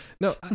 no